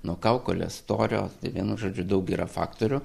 nuo kaukolės storio tai vienu žodžiu daug yra faktorių